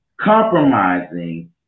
compromising